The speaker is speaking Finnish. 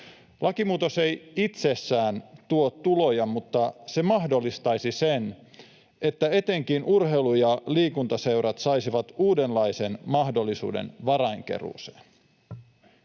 Lakimuutos ei itsessään tuo tuloja, mutta se mahdollistaisi sen, että etenkin urheilu‑ ja liikuntaseurat saisivat uudenlaisen mahdollisuuden varainkeruuseen.